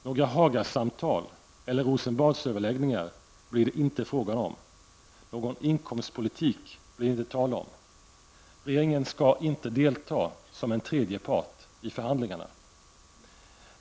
Några Hagasamtal eller Rosenbadsöverläggningar blir det inte fråga om. Någon inkomstpolitik blir det inte tal om. Regeringen skall inte delta som en tredje part i förhandlingarna.